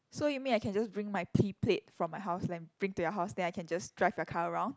so you mean I can just bring my P plate from my house and bring to your house then I can just drive your car around